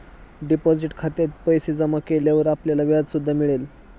deposit खात्यात पैसे जमा केल्यावर आपल्याला व्याज सुद्धा मिळेल